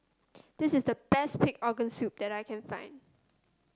this is the best Pig Organ Soup that I can find